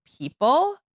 people